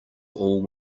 all